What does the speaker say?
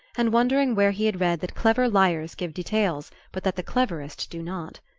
and wondering where he had read that clever liars give details, but that the cleverest do not.